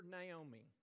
Naomi